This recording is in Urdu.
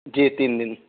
جی تین دن